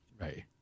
Right